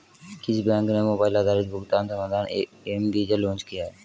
किस बैंक ने मोबाइल आधारित भुगतान समाधान एम वीज़ा लॉन्च किया है?